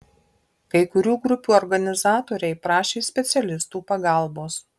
kai kurių grupių organizatoriai prašė specialistų pagalbos